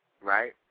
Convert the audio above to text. right